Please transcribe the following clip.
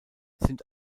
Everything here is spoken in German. sind